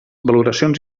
valoracions